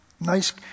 nice